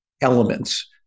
elements